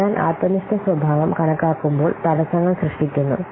അതിനാൽ ആത്മനിഷ്ഠ സ്വഭാവം കണക്കാക്കുമ്പോൾ തടസ്സങ്ങൾ സൃഷ്ടിക്കുന്നു